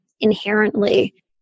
inherently